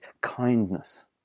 kindness